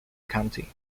county